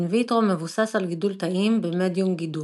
vitro מבוסס על גידול תאים במדיום גידול.